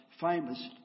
famous